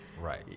Right